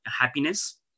Happiness